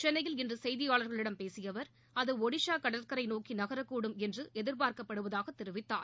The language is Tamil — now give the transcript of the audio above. சென்னையில் இன்று செய்தியாளர்களிடம் பேசிய அவர் அது ஒடிசா கடற்கரை நோக்கி நகரக்கூடும் கூடும் என்று எதிர்பார்ப்படுவதாகத் தெரிவித்தார்